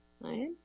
right